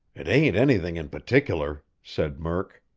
it ain't anything in particular, said murk.